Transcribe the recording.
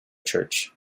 church